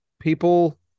people